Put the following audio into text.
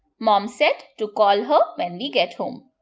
mom said to call her when we get home.